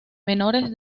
menores